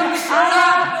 חברים,